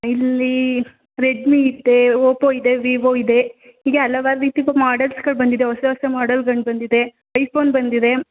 ಇಲ್ಲಿ ರೆಡ್ಮಿ ಇದೆ ಓಪೋ ಇದೆ ವೀವೋ ಇದೆ ಹೀಗೆ ಹಲವಾರು ರೀತಿ ಮೋಡೆಲ್ಸ್ಗಳು ಬಂದಿದೆ ಹೊಸ ಹೊಸ ಮೊಡಲ್ಗಳು ಬಂದಿದೆ ಐಪೋನ್ ಬಂದಿದೆ